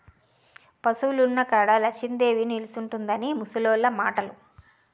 పశువులున్న కాడ లచ్చిందేవి నిలుసుంటుందని ముసలోళ్లు మాటలు